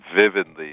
vividly